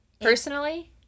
Personally